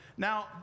Now